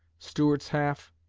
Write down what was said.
stuart's half.